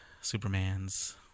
Superman's